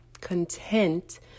content